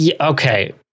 Okay